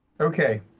Okay